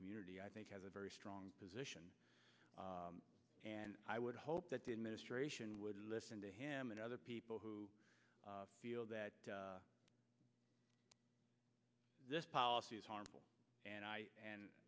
community i think has a very strong position and i would hope that the administration would listen to him and other people who feel that this policy is harmful and i and